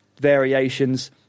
variations